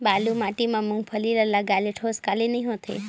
बालू माटी मा मुंगफली ला लगाले ठोस काले नइ होथे?